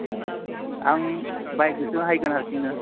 ए आं बाइकजोंसो फैगोन हारसिंनो